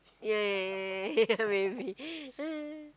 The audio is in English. yeah yeah yeah yeah yeah maybe